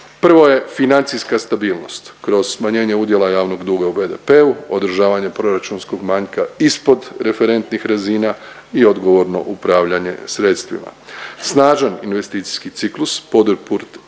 Prvo je financijska sigurnost kroz smanjenje udjela javnog duga u BDP-a održavanje proračunskog manjka ispod referentnih razina i odgovorno upravljanje sredstvima, snažan investicijski ciklus podrpurt,